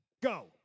Go